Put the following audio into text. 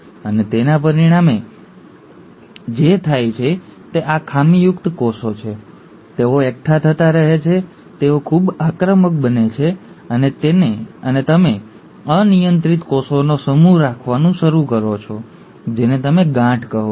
અને તેના પરિણામે જે થાય છે તે આ ખામીયુક્ત કોષો છે તેઓ એકઠા થતા રહે છે તેઓ ખૂબ આક્રમક બને છે અને તમે અનિયંત્રિત કોષોનો સમૂહ રાખવાનું શરૂ કરો છો જેને તમે ગાંઠ કહો છો